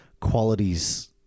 qualities